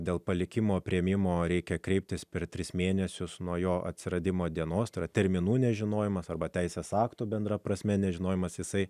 dėl palikimo priėmimo reikia kreiptis per tris mėnesius nuo jo atsiradimo dienos tai yra terminų nežinojimas arba teisės aktų bendra prasme nežinojimas jisai